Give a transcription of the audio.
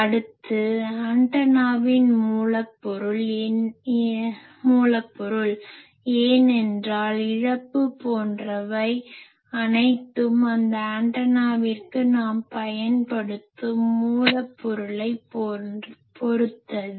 அடுத்து ஆன்டனாவின் மூலப்பொருள் ஏனென்றால் இழப்பு போன்றவை அனைத்தும் ஆந்த ஆண்டனாவிற்கு நாம் பயன்படுத்தும் மூலப்பொருளைப் பொறுத்தது